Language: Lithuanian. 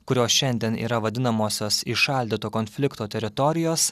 kurios šiandien yra vadinamosios įšaldyto konflikto teritorijos